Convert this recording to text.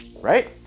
right